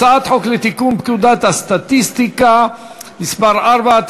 הצעת חוק לתיקון פקודת הסטטיסטיקה (מס' 4),